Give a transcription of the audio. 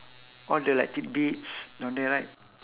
all the like tidbits down there right